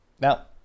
Now